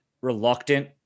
reluctant